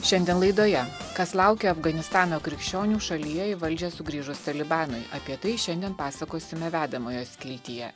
šiandien laidoje kas laukia afganistano krikščionių šalyje į valdžią sugrįžus talibanui apie tai šiandien pasakosime vedamojo skiltyje